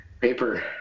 paper